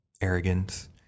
arrogance